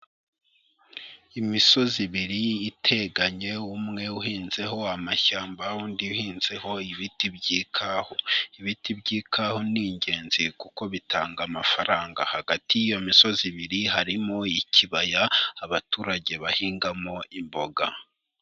Imisozi ibiri iteganye, umwe uhinzeho amashyamba, undi uhinzeho ibiti by'ikahwa. Ibiti by'ikhawa ni ingenzi kuko bitanga amafaranga. Hagati y'iyo misozi ibiri harimo ikibaya, abaturage bahingamo imboga.